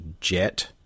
jet